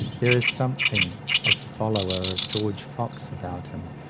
there is something of the follower of george fox about him,